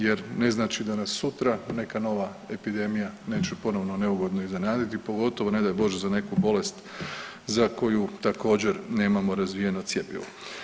Jer ne znači da nas sutra neka nova epidemija neće ponovno neugodno iznenaditi pogotovo ne daj Bože za neku bolest za koju također nemamo razvijeno cjepivo.